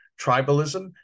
Tribalism